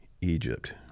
Egypt